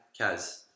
Kaz